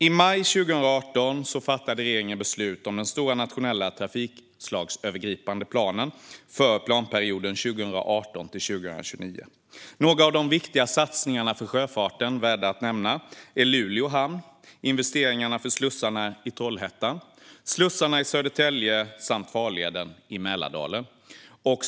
I maj 2018 fattade regeringen beslut om den stora nationella trafikslagsövergripande planen för planperioden 2018-2029. Några av de viktiga satsningarna för sjöfarten som är värda att nämna är Luleå hamn och investeringarna för slussarna i Trollhättan och slussarna i Södertälje samt farleden i Mälardalen.